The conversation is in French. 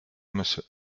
monsieur